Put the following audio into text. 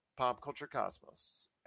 PopCultureCosmos